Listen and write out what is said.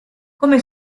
come